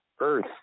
Earth